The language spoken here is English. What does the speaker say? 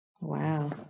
Wow